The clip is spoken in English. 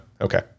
Okay